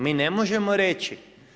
Mi ne možemo reći.